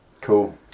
Cool